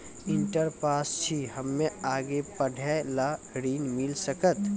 Inter pass छी हम्मे आगे पढ़े ला ऋण मिल सकत?